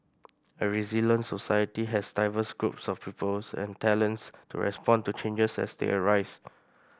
a resilient society has diverse groups of people and talents to respond to changes as they arise